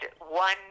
one